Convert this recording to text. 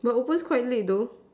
but opens quite late though